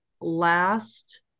Last